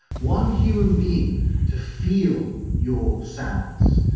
one human being to feel your sadness,